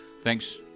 Thanks